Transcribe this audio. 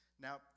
Now